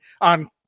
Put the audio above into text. on